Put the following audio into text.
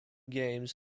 games